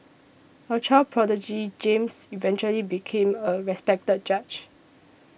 a child prodigy James eventually became a respected judge